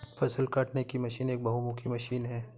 फ़सल काटने की मशीन एक बहुमुखी मशीन है